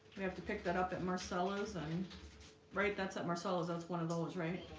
we have to pick that up at marcella's and right that's at marcella's that's one of those right.